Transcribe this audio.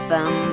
Bum